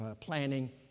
planning